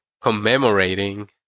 commemorating